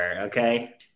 okay